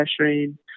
pressuring